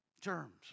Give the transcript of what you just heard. Germs